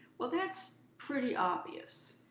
well that's pretty obvious,